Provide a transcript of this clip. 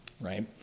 right